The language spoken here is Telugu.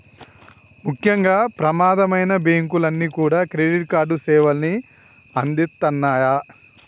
ముఖ్యంగా ప్రమాదమైనా బ్యేంకులన్నీ కూడా క్రెడిట్ కార్డు సేవల్ని అందిత్తన్నాయి